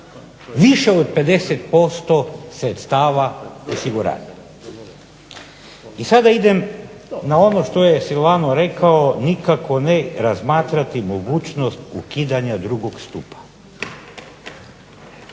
više od 50% sredstava osiguranja. I sada idem na ono što je Silvano rekao nikako ne razmatrati mogućnost ukidanja drugog stupa.